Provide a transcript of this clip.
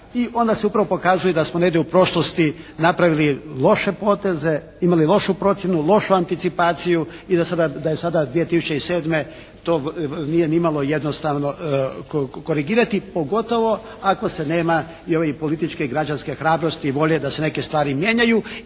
I onda se upravo pokazuje da smo negdje u prošlosti napravili loše poteze, imali lošu procjenu, lošu anticipaciju i da sada, da je sada 2007. to nije nimalo jednostavno korigirati. Pogotovo ako se nema i ove političke i građanske hrabrosti i volje da se neke stvari mijenjaju